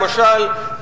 למשל,